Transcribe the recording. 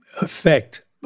effect